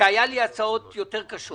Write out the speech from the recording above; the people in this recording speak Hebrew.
שהיו לי הצעות יותר קשות.